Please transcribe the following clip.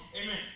amen